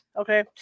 okay